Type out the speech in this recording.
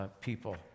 people